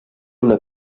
una